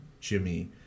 Jimmy